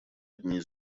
одни